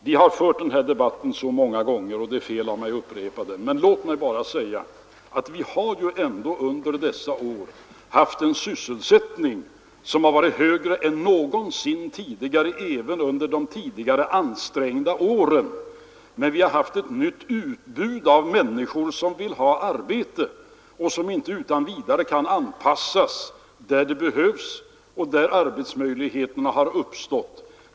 Vi har fört den här debatten många gånger, och det är fel av mig att upprepa den, men jag vill ändå säga att vi under dessa år — även under de tidigare ansträngda åren — haft en sysselsättning som varit högre än någonsin tidigare. Men vi har dessutom haft ett nytt utbud av människor som velat ha arbete och som inte utan vidare har kunnat anpassa sig där arbetsmöjligheter uppstått.